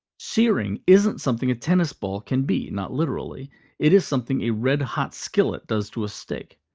searing isn't something a tennis ball can be, not literally it is something a red-hot skillet does to a steak.